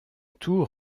tour